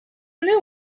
new